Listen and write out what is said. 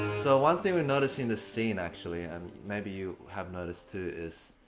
so one thing we noticed in this scene, actually, and. maybe you have noticed too, is.